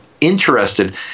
interested